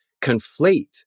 conflate